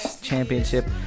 Championship